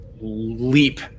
leap